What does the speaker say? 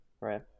Right